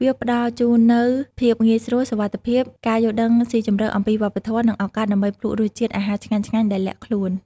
វាផ្តល់ជូននូវភាពងាយស្រួល សុវត្ថិភាព ការយល់ដឹងស៊ីជម្រៅអំពីវប្បធម៌ និងឱកាសដើម្បីភ្លក្សរសជាតិអាហារឆ្ងាញ់ៗដែលលាក់ខ្លួន។